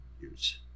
use